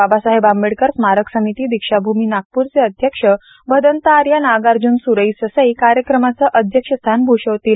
बाबासाहेब आंबेडकर स्मारक समिती दीक्षाभूमी नागपूरचे अध्यक्ष भदंत आर्य नागार्जुन सुरई ससाई कार्यक्रमाचं अध्यक्ष स्थान भुषवतील